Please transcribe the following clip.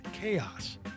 chaos